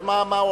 אז מה הועלנו?